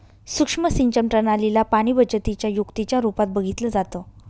सुक्ष्म सिंचन प्रणाली ला पाणीबचतीच्या युक्तीच्या रूपात बघितलं जातं